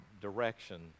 direction